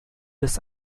des